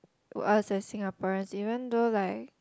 to us as Singaporeans even though like